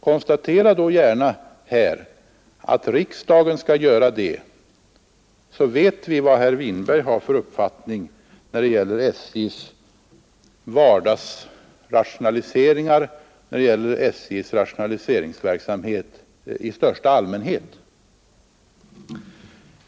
Konstatera då gärna här att riksdagen skall göra detta, så vet vi vad herr Winberg har för uppfattning när det gäller SJ:s vardagsrationalisering och när det gäller SJ:s rationaliseringsverksamhet i största allmänhet!